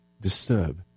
disturb